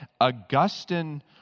Augustine